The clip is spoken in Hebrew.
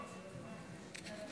ההצעה